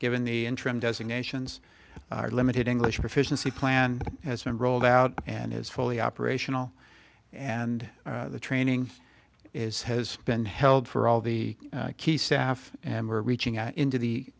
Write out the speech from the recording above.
given the interim designations limited english proficiency plan as it rolled out and is fully operational and the training is has been held for all the key staff and we're reaching out into the